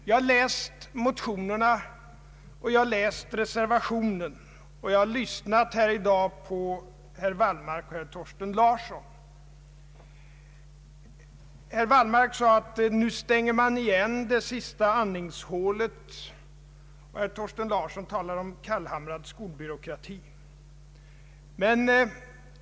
Jag har läst motionerna och reservationen, och jag har i dag lyssnat på herr Wallmark och herr Thorsten Larsson. Herr Wallmark påstod att man nu stänger igen det sista andningshålet, och herr Thorsten Larsson talade om ”kallhamrad skolbyråkrati”.